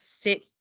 sit